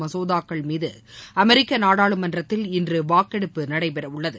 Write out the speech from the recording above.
மசோதாக்கள் மீது அமெரிக்கா நாடாளுமன்றத்தில் இன்று வாக்கெடுப்பு நடைபெறவுள்ளது